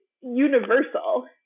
universal